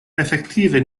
efektive